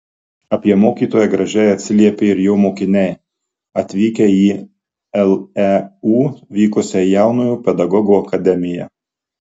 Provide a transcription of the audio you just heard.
apie mokytoją gražiai atsiliepė ir jo mokiniai atvykę į leu vykusią jaunojo pedagogo akademiją